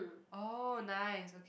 oh nice okay